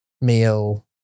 meal